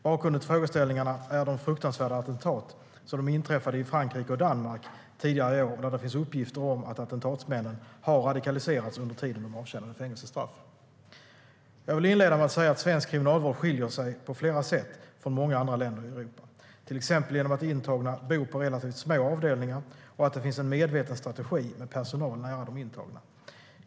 Bakgrunden till frågeställningarna är de fruktansvärda attentat som inträffade i Frankrike och Danmark tidigare i år och där det finns uppgifter om att attentatsmännen har radikaliserats under tiden de avtjänade fängelsestraff. Jag vill inleda med att säga att svensk kriminalvård skiljer sig på flera sätt från många andra länder i Europa, till exempel genom att intagna bor på relativt små avdelningar och att det finns en medveten strategi med personal nära de intagna.